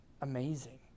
amazing